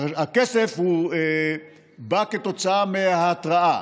הכסף בא כתוצאה מההתרעה.